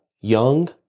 young